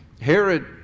Herod